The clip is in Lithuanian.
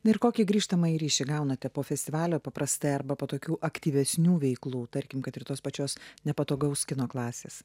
na ir kokį grįžtamąjį ryšį gaunate po festivalio paprastai arba po tokių aktyvesnių veiklų tarkim kad ir tos pačios nepatogaus kino klasės